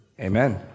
Amen